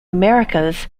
americas